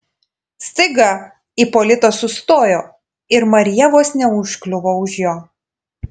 staiga ipolitas sustojo ir marija vos neužkliuvo už jo